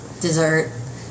Dessert